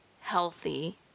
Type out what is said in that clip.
healthy